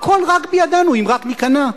הכול רק בידינו אם רק ניכנע.